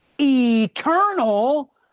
eternal